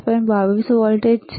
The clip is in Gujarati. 22 વોલ્ટેજ છે